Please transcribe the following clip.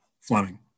Fleming